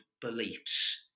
beliefs